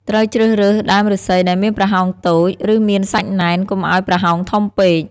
ត្រូវជ្រើសរើសដើមឫស្សីដែលមានប្រហោងតូច ឬមានសាច់ណែន កុំឲ្យប្រហោងធំពេក។